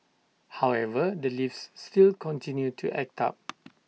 however the lifts still continue to act up